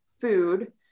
food